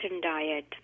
diet